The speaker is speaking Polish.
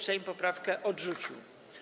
Sejm poprawkę odrzucił.